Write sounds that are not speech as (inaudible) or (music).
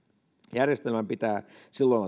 järjestelmän pitää silloin (unintelligible)